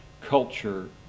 culture